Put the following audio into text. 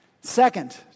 Second